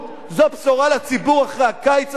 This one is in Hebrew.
זו בשורה לציבור אחרי הקיץ הזה?